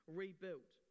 rebuilt